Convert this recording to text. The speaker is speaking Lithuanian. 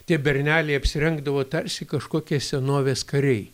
tie berneliai apsirengdavo tarsi kažkokie senovės kariai